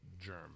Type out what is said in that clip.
Germ